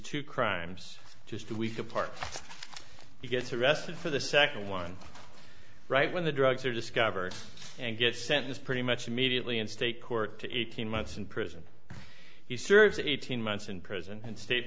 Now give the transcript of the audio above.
two crimes just two weeks apart he gets arrested for the second one right when the drugs are discovered and get sentenced pretty much immediately in state court to eighteen months in prison he serves eighteen months in prison and state